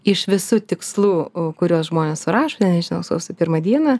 iš visų tikslų kuriuos žmonės surašo ten nežinau sausio pirmą dieną